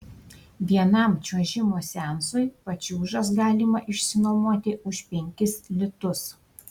vienam čiuožimo seansui pačiūžas galima išsinuomoti už penkis litus